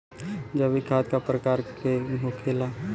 जैविक खाद का प्रकार के होखे ला?